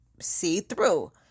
see-through